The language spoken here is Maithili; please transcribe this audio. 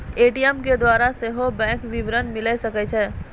ए.टी.एम के द्वारा सेहो बैंक विबरण मिले सकै छै